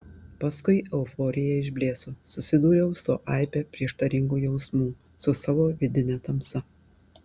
paskui euforija išblėso susidūriau su aibe prieštaringų jausmų su savo vidine tamsa